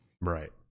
Right